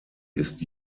ist